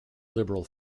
liberal